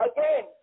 Again